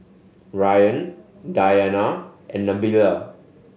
Ryan Dayana and Nabila